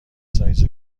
سایز